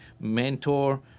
mentor